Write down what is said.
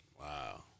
Wow